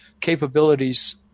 capabilities